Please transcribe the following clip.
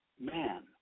man